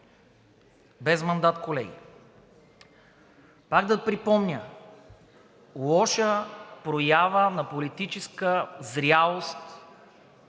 Без мандат, колеги. Пак да припомня: лоша проява на политическа зрялост